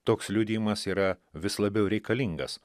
toks liudijimas yra vis labiau reikalingas